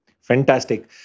Fantastic